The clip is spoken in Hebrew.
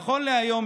נכון להיום,